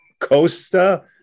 Costa